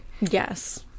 Yes